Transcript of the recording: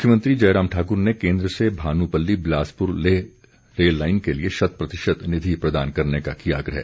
मुख्यमंत्री जयराम ठाक्र ने केन्द्र से भानुपल्ली बिलासपुर लेह रेललाइन के लिए शत प्रतिशत निधि प्रदान करने का किया आग्रह